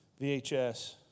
VHS